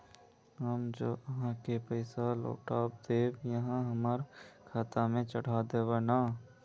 हम जे आहाँ के पैसा लौटैबे ते आहाँ हमरा खाता में चढ़ा देबे नय?